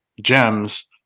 gems